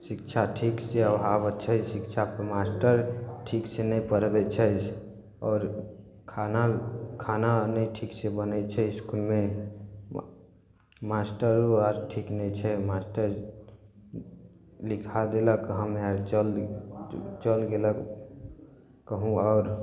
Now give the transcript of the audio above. शिक्षा ठीकके अभाव छै शिक्षाके मास्टर ठीक से नहि पढ़बै छै आओर खाना खाना नहि ठीक से बनै छै इसकुलमे मास्टरो आर ठीक नहि छै मास्टर लिखा देलक हम्मे आर चल चल गेलक कहूँ आओर